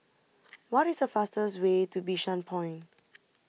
what is the fastest way to Bishan Point